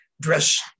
dress